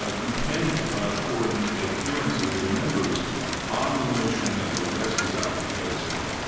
ah depend ah for the adherence of their members on the notion that the west is out to get islam.